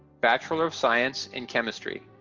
bachelor of science in biochemistry.